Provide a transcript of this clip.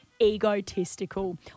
egotistical